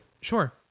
Sure